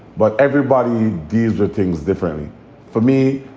but everybody these are things differently for me.